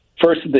First